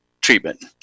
Treatment